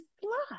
slide